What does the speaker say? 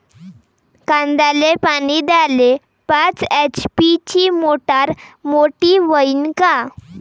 कांद्याले पानी द्याले पाच एच.पी ची मोटार मोटी व्हईन का?